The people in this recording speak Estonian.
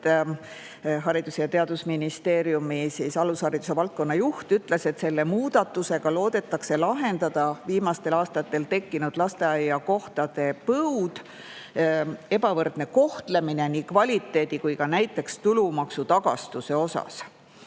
Haridus‑ ja Teadusministeeriumi alushariduse valdkonna juht ütles, et selle muudatusega loodetakse lahendada viimastel aastatel tekkinud lasteaiakohtade põud, [kaotada] ebavõrdne kohtlemine nii kvaliteedi kui ka näiteks tulumaksu tagastuse osas.